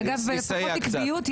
אגב, לפחות יש פה עקביות.